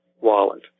wallet